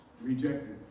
rejected